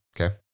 Okay